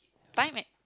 time at